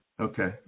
Okay